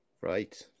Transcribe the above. Right